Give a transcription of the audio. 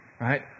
right